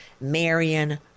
Marion